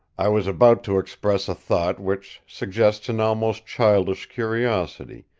i was about to express a thought which suggests an almost childish curiosity,